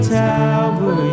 tower